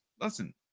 listen